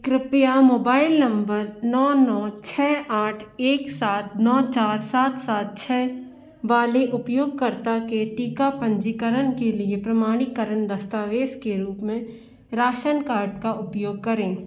कृपया mobile number नौ नौ छः आठ एक सात नौ चार सात सात छः बाले उपयोगकर्ता के टीका पंजीकरण के लिए प्रमाणीकरण दस्तावेज़ के रूप में राशन कार्ड का उपयोग करें